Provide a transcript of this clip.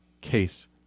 case